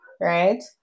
right